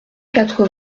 quatre